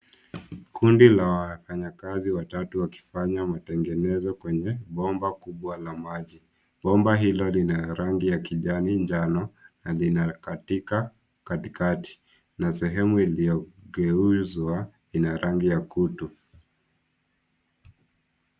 Kundi la wafanyakazi watatu wakifanya matengenezo kwenye bomba kubwa la maji. Bomba hilo lina rangi ya kijani, njano na lina katika katikati na sehemu iliyogeuzwa ina rangi ya kutu.